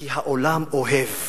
כי העולם אוהב